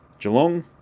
Geelong